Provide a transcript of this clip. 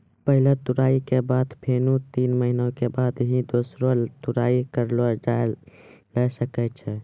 पहलो तुड़ाई के बाद फेनू तीन महीना के बाद ही दूसरो तुड़ाई करलो जाय ल सकै छो